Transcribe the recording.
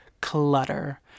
clutter